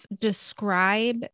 describe